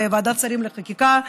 בוועדת שרים לחקיקה,